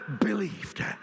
believed